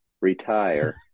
retire